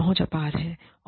पहुंच अपार है